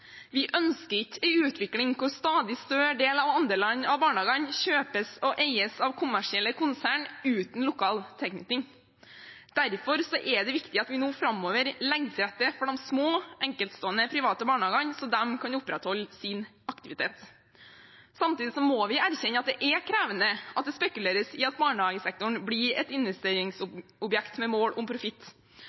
Vi ønsker ikke en utvikling hvor en stadig større andel av barnehagene kjøpes og eies av kommersielle konsern uten lokal tilknytning. Derfor er det viktig at vi nå framover legger til rette for de små, enkeltstående private barnehagene, så de kan opprettholde sin aktivitet. Samtidig må vi erkjenne at det er krevende at det spekuleres i at barnehagesektoren blir et investeringsobjekt med mål om profitt,